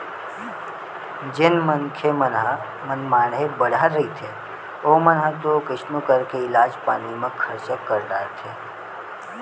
जेन मनखे मन ह मनमाड़े बड़हर रहिथे ओमन ह तो कइसनो करके इलाज पानी म खरचा कर डारथे